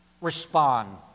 respond